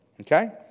Okay